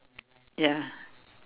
ya